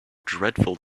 dreadful